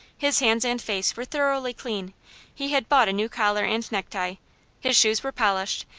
his hands and face were thoroughly clean he had bought a new collar and necktie his shoes were polished,